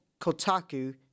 Kotaku